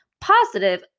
positive